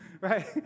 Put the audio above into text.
right